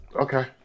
Okay